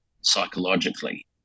psychologically